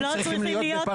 הם לא צריכים להיות פה.